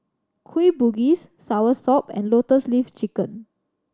Kueh Bugis soursop and Lotus Leaf Chicken